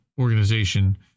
organization